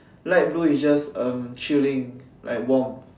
like blue is just uh chilling like warm